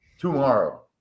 tomorrow